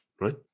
right